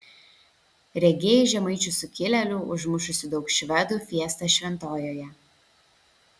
regėjai žemaičių sukilėlių užmušusių daug švedų fiestą šventojoje